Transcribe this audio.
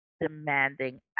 demanding